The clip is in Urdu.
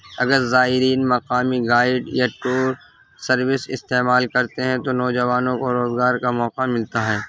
اگر زائرین مقامی گائیڈ یا ٹور سروس استعمال کرتے ہیں تو نوجوانوں کو روزگار کا موقع ملتا ہے